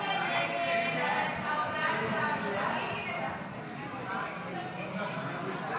הצעת הסיכום שהביאה חברת הכנסת